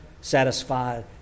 satisfied